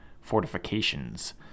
fortifications